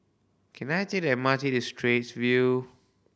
can I take the M R T to Straits View